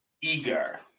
eager